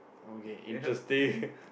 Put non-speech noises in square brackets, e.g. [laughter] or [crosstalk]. okay interesting [laughs]